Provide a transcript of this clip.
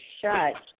shut